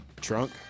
trunk